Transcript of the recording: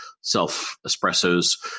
self-espressos